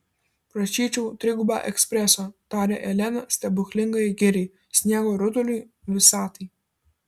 prašyčiau trigubą ekspreso tarė elena stebuklingajai giriai sniego rutuliui visatai